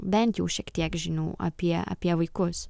bent jau šiek tiek žinių apie apie vaikus